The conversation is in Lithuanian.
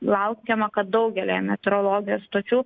laukiama kad daugelyje meteorologijos stočių